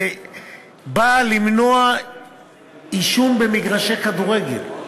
זה בא למנוע עישון במגרשי כדורגל.